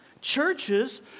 churches